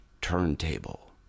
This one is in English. turntable